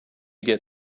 get